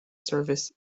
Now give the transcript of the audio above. service